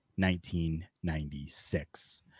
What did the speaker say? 1996